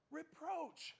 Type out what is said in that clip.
reproach